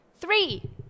three